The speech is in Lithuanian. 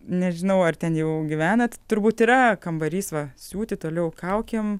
nežinau ar ten jau gyvenat turbūt yra kambarys va siūti toliau kaukėm